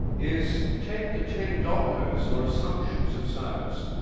is take the ten dogmas, or assumptions of science,